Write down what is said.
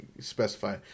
specify